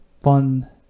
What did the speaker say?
fun